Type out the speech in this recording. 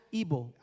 evil